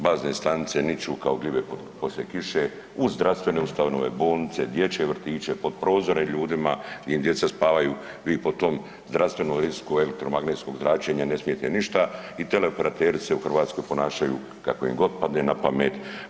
Bazne stanice niču kao gljive poslije kiše u zdravstvene ustanove, bolnice, dječje vrtiće, pod prozore ljudima gdje im djeca spavaju vi po tom zdravstvenom riziku elektromagnetskog zračenja ne smijete ništa i teleoperateri se u Hrvatskoj ponašaju kako im god padne na pamet.